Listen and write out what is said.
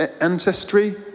ancestry